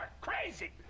crazy